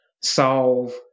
solve